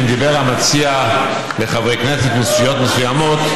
אם דיבר המציע לחברי כנסת מסיעות מסוימות,